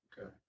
Okay